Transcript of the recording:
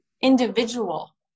individual